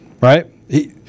right